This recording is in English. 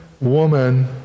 woman